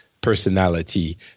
personality